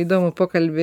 įdomų pokalbį